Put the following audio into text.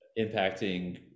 impacting